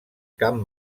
camp